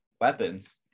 weapons